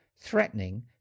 threatening